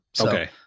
Okay